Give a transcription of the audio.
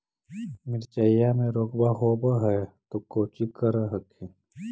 मिर्चया मे रोग्बा होब है तो कौची कर हखिन?